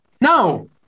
no